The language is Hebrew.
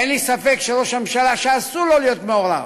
אין לי ספק שראש הממשלה, אסור לו להיות מעורב,